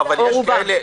או רובם.